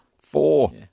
Four